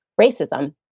racism